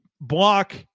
block